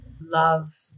love